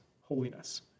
holiness